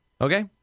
Okay